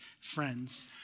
friends